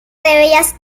bellas